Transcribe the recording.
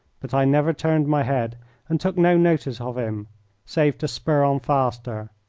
but i never turned my head and took no notice of him save to spur on faster.